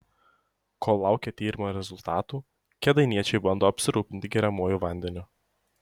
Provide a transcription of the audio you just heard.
kol laukia tyrimo rezultatų kėdainiečiai bando apsirūpinti geriamuoju vandeniu